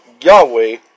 Yahweh